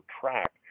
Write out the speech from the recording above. track